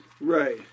Right